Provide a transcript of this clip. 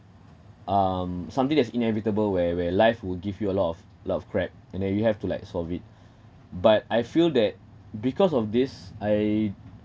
um something that's inevitable where where life will give you a lot of a lot of crap and then you have to like solve it but I feel that because of this I